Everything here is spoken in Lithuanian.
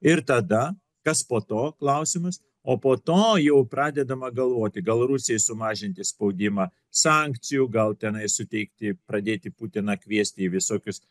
ir tada kas po to klausimas o po to jau pradedama galvoti gal rusijai sumažinti spaudimą sankcijų gal tenai suteikti pradėti putiną kviesti į visokius